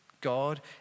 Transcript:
God